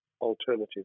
alternative